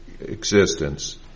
existence